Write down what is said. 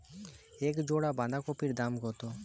এক জোড়া বাঁধাকপির দাম কত?